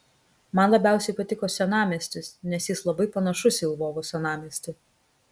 man labiausiai patiko senamiestis nes jis labai panašus į lvovo senamiestį